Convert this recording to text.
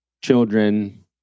children